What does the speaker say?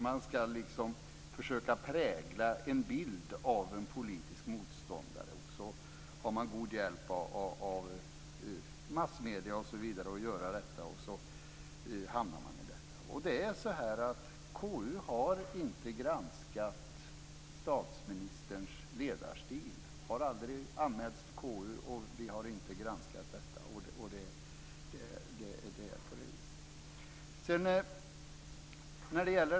Man ska försöka prägla en bild av en politisk motståndare, och man har god hjälp av massmedierna att göra detta, osv. Då hamnar man i detta. KU har inte granskat statsministerns ledarstil. Den har aldrig anmälts till KU, och vi har inte granskat den. Det är på det viset.